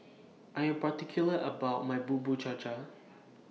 I Am particular about My Bubur Cha Cha